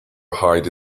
hide